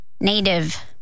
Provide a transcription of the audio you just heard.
native